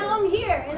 um here!